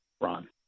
Ron